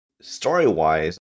Story-wise